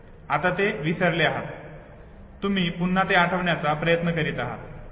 आता ते विसरले आहात तुम्ही पुन्हा ते आठवण्याचा प्रयत्न करीत आहात